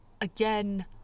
again